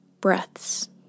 breaths